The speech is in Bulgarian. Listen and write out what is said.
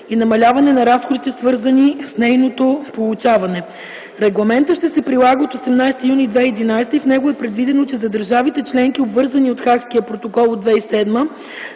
и намаляване на разходите, свързани с нейното получаване. Регламентът ще се прилага от 18 юни 2011 г. и в него е предвидено, че за държавите членки, обвързани от Хагския протокол от 2007